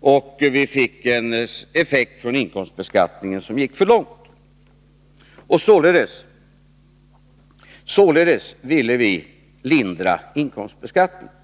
och vi skulle därmed fått en effekt från inkomstbeskattningen som gick för långt. Således ville vi lindra inkomstbeskattningen.